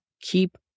keep